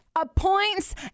appoints